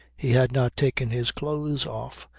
he had not taken his clothes off,